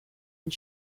and